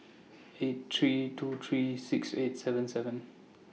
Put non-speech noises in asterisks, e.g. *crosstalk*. *noise* eight three two three six eight seven seven